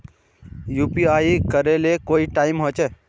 UPI करे ले कोई टाइम होचे?